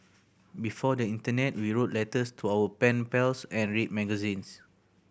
before the internet we wrote letters to our pen pals and read magazines